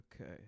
Okay